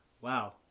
wow